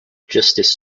justice